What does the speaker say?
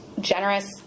generous